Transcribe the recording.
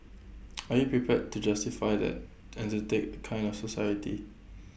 are you prepared to justify that and take that kind of society